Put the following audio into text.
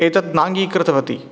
एतद् नाङ्गीकृतवती